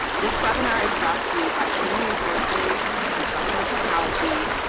this webinar is brought to you by human resources, instructional technology,